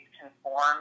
conform